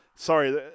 Sorry